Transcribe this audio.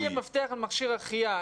אסור שיהיה מפתח למכשיר החייאה,